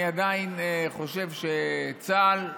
אני עדיין חושב שצה"ל,